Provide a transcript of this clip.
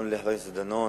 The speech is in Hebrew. לחבר הכנסת דנון,